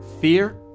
Fear